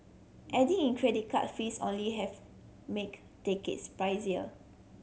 adding in credit card fees only have make tickets pricier